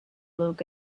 look